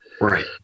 Right